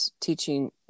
teaching